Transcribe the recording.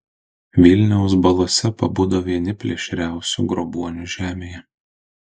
vilniaus balose pabudo vieni plėšriausių grobuonių žemėje